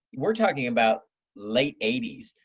we're talking about late eighty s.